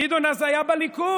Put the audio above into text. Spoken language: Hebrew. גדעון אז היה בליכוד,